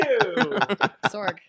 Sorg